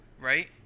right